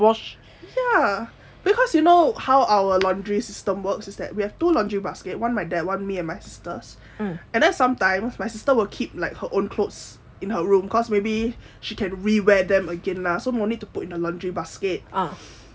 ya because you know how our laundry system works is that we have two laundry basket one my dad one me and my sisters and then sometimes my sister will keep like her own clothes in her room cause maybe she can re-wear them again lah so no need to put in the laundry basket